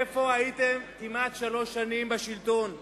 איפה הייתם, כמעט שלוש שנים בשלטון?